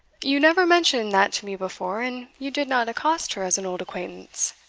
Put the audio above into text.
you never mentioned that to me before, and you did not accost her as an old acquaintance.